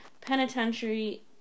Penitentiary